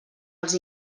els